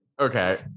Okay